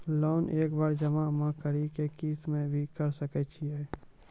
Loan एक बार जमा म करि कि किस्त मे भी करऽ सके छि?